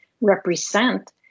represent